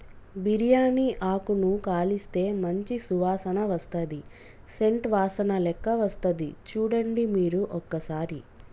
బిరియాని ఆకును కాలిస్తే మంచి సువాసన వస్తది సేంట్ వాసనలేక్క వస్తది చుడండి మీరు ఒక్కసారి